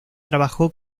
trabajó